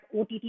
OTT